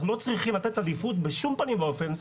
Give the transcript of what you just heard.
אנחנו לא צריכים לתת עדיפות בשום פנים ואופן,